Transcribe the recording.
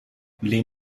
les